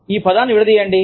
ఈ పదాన్ని విడదీయండి